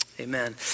Amen